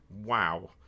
wow